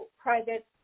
private